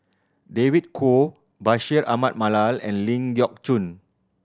David Kwo Bashir Ahmad Mallal and Ling Geok Choon